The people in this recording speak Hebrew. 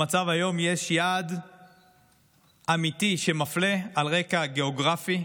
במצב היום יש יעד אמיתי שמפלה על רקע גיאוגרפי,